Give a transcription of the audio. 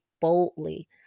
boldly